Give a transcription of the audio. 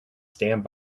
stand